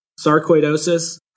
sarcoidosis